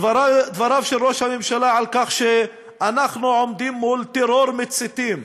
דבריו של ראש הממשלה על כך שאנחנו עומדים מול טרור מציתים,